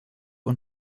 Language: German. und